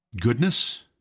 goodness